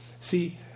See